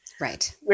Right